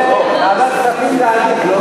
נו, די.